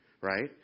Right